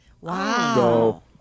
Wow